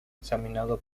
examinado